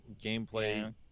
Gameplay